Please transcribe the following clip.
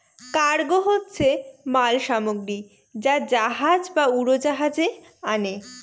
cargo হচ্ছে মাল সামগ্রী যা জাহাজ বা উড়োজাহাজে আনে